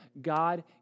God